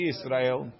Israel